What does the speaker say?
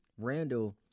Randall